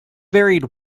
varied